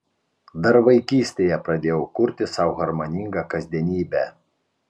dar vaikystėje pradėjau kurti sau harmoningą kasdienybę